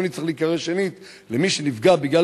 לא נצטרך להיקרא שנית למי שנפגע בגלל